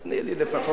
אז תני לי לפחות.